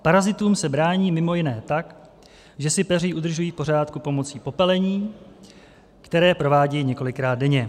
Parazitům se brání mimo jiné tak, že si peří udržují v pořádku pomocí popelení, které provádějí několikrát denně.